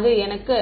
அது எனக்கு